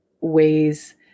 ways